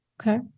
Okay